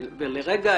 לרגע,